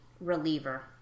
reliever